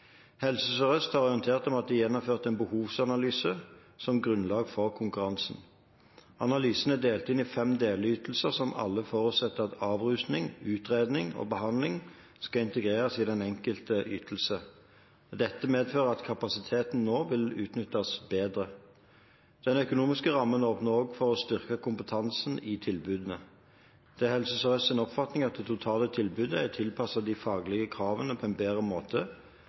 Helse Sør-Øst har orientert om at de har gjennomført en behovsanalyse som grunnlag for konkurransen. Analysen er delt inn i fem delytelser som alle forutsetter at avrusning, utredning og behandling skal integreres i den enkelte ytelse. Dette medfører at kapasiteten nå vil utnyttes bedre. Den økonomiske rammen åpner også for å styrke kompetansen i tilbudene. Det er Helse Sør-Østs oppfatning at det totale tilbudet er tilpasset de faglige kravene på en bedre måte,